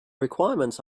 requirements